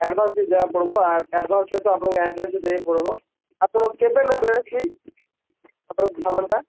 advance ଦିଆହବାକୁ ପଡ଼ିବ advance ସହିତ ଆପଣଙ୍କ ଆଡ଼୍ରେସ୍ ବି ଦେବାକୁ ପଡ଼ିବ ଆପଣ କେବେ ନେବେ କି ଆପଣଙ୍କ ସାମାନଟା